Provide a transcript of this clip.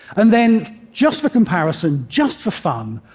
and then, just for comparison, just for fun,